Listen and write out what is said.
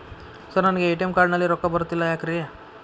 Sir ನನಗೆ ATM card ನಲ್ಲಿ ರೊಕ್ಕ ಬರತಿಲ್ಲ ಯಾಕ್ರೇ?